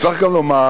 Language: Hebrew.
צריך גם לומר,